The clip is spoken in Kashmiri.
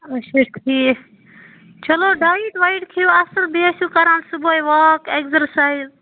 اچھا ٹھیٖک چلو ڈایِٹ وایِٹ کھیٚیِو اصٕل بییٚہِ ٲسِو کران صُبحے واک ایٚکزرسایِز